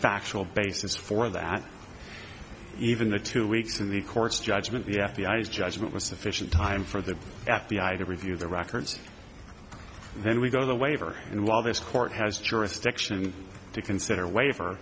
factual basis for that even the two weeks in the court's judgment the f b i s judgment was sufficient time for the f b i to review the records and then we go to the waiver and while this court has jurisdiction to consider waiver